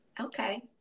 Okay